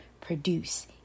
produce